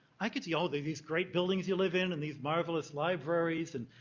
i could see all of these great buildings you live in, and these marvelous libraries, and,